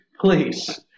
please